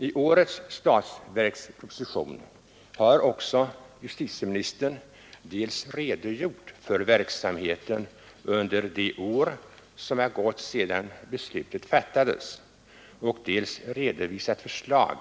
I årets statsverksproposition har justitieministern dels redogjort för verksamheten under de år som gått sedan beslutet fattades, dels redovisat förslag